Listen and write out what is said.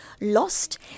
lost